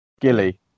Gilly